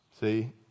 See